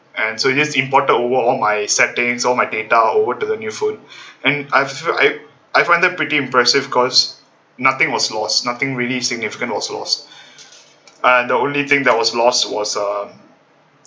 and so they just imported over all my settings all my data over to the new phone and I've I find that pretty impressive cause nothing was lost nothing really significant was lost and the only thing that was lost was uh